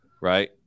Right